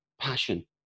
passion